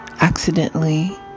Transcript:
accidentally